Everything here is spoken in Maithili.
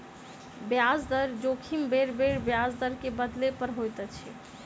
ब्याज दर जोखिम बेरबेर ब्याज दर के बदलै पर होइत अछि